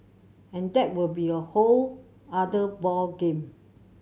and that will be a whole other ball game